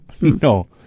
No